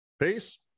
Peace